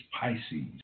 Pisces